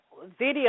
video